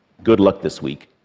good luck this week.